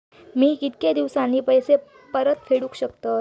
मी कीतक्या दिवसांनी पैसे परत फेडुक शकतय?